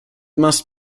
must